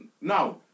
now